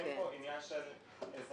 אין פה עניין של אזרחות